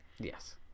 Yes